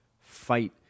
fight